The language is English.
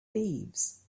thieves